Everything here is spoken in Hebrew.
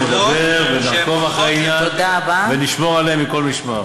נדבר ונעקוב אחרי העניין ונשמור עליהן מכל משמר.